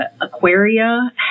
aquaria